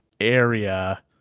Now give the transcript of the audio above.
area